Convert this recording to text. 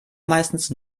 meistens